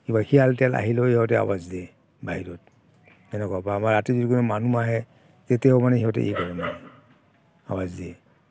কিবা শিয়াল তিয়াল আহিলেও সিহঁতে আৱাজ দিয়ে বাহিৰত তেনেকুৱা বা ৰাতি যদি কোনো মানুহ আহে তেতিয়াও মানে সিহঁতে ই কৰে আৱাজ দিয়ে